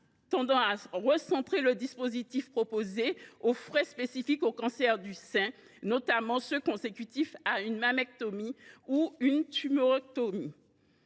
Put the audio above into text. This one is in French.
vise à recentrer le dispositif proposé sur les frais spécifiques au cancer du sein, notamment ceux qui sont consécutifs à une mammectomie ou une tumorectomie.